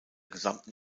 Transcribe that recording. gesamten